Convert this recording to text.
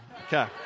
Okay